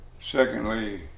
secondly